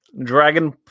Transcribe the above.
Dragon